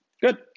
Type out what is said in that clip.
Good